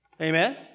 Amen